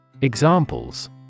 Examples